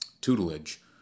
tutelage